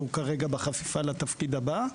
והוא כרגע בחשיפה לתפקיד הבא,